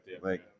right